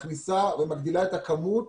מכניסה או מגדילה את הכמות